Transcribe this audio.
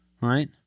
right